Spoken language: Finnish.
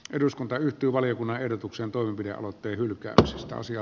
eduskunta yhtyi valiokunnan ehdotuksen toimenpidealoitteen on käytössä satasia